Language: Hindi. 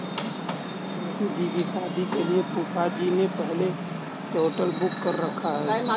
दीदी की शादी के लिए फूफाजी ने पहले से होटल बुक कर रखा है